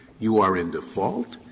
you are in default,